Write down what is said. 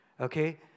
Okay